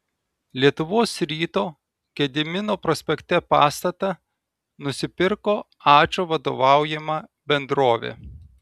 lietuvos ryto gedimino prospekte pastatą nusipirko ačo vadovaujama bendrovė